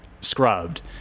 scrubbed